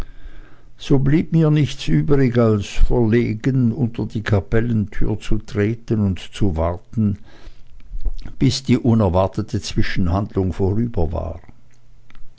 so blieb mir nichts übrig als verlegen unter die kapellentür zu treten und zu warten bis die unerwartete zwischenhandlung vorüber war